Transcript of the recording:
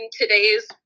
today's